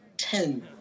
Ten